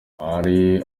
hari